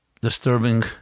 disturbing